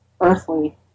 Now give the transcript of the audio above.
earthly